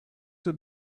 will